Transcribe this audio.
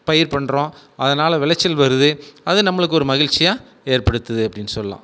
பயிர் பண்ணுறோம் அதனால் விளைச்சல் வருது அது நம்மளுக்கு ஒரு மகிழ்ச்சியை ஏற்படுத்துது அப்படின்னு சொல்லலாம்